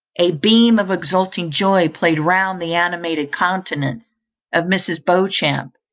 a beam of exulting joy played round the animated countenance of mrs. beauchamp,